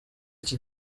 iki